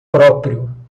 próprio